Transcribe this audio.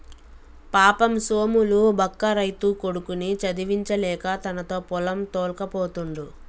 పాపం సోములు బక్క రైతు కొడుకుని చదివించలేక తనతో పొలం తోల్కపోతుండు